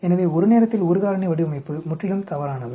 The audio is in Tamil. எனவே ஒரு நேரத்தில் ஒரு காரணி வடிவமைப்பு முற்றிலும் தவறானது